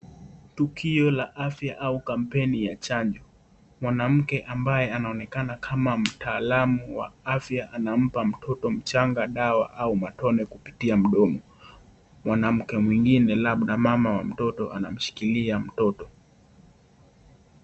Tukio la afya au kampeni ya chanjo, mwanamke ambaye anaonekana kama mtaalamu wa afya anampa mtoto mchanga dawa au matone kupitia mdomo, mwanamke mwingine labda mama wa mtoto anamshikilia mtoto.